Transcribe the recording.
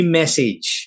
message